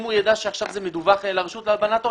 אם הוא ידע שעכשיו זה מדווח לרשות להלבנת הון,